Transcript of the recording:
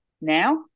now